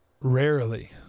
rarely